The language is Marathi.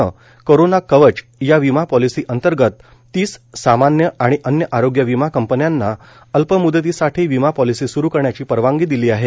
नं करोना कवच या विमा पॉलिसीअंतर्गत तीस सामान्य आणि अन्य आरोग्य विमा कंपन्यांना अल्प मुदतीसाठी विमा पॉलिसी स्रू करण्याची परवानगी दिली आहे